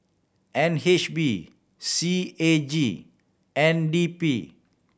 N H B C A G N D P